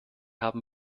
haben